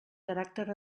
caràcter